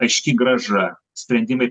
aiški grąža sprendimai